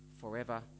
forever